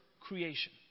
creation